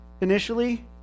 initially